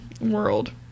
world